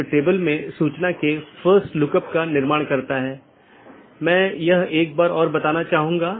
तो एक BGP विन्यास एक ऑटॉनमस सिस्टम का एक सेट बनाता है जो एकल AS का प्रतिनिधित्व करता है